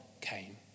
came